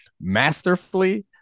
masterfully